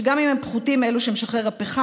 שגם אם הם פחותים מאלו שמשחרר הפחם,